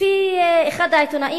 לפי אחד העיתונאים,